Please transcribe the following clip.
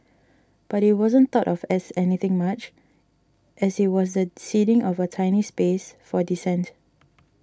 but it wasn't thought of as anything much as it was the ceding of a tiny space for dissent